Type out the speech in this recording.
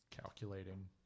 Calculating